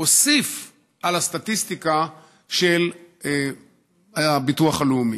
הוסיף על הסטטיסטיקה של הביטוח הלאומי.